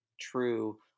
true